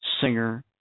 singer